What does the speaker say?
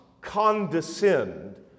condescend